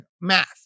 math